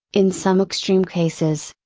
in some extreme cases,